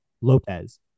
Lopez